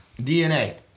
DNA